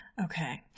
Okay